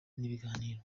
n’ibiganiro